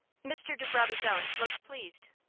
mr. de brabazon looked pleased.